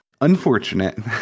unfortunate